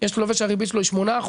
יש לווה שהריבית שלו היא 8%,